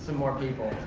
and more people.